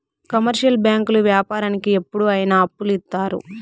commercial బ్యాంకులు వ్యాపారానికి ఎప్పుడు అయిన అప్పులు ఇత్తారు